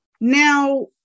Now